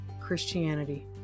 Christianity